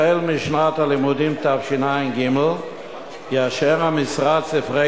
החל משנת הלימודים תשע"ג יאשר המשרד ספרי